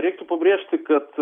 reiktų pabrėžti kad